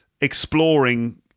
exploring